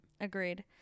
Agreed